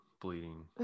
bleeding